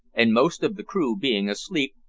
and, most of the crew being asleep,